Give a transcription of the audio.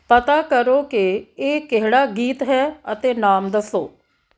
ਪਤਾ ਕਰੋ ਕਿ ਇਹ ਕਿਹੜਾ ਗੀਤ ਹੈ ਅਤੇ ਨਾਮ ਦੱਸੋ